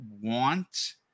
want